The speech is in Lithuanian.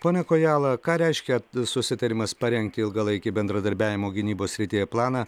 pone kojala ką reiškia susitarimas parengti ilgalaikį bendradarbiavimo gynybos srityje planą